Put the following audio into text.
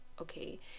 Okay